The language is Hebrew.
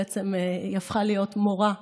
היא הפכה להיות מורה,